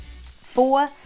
Four